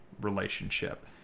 relationship